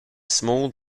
small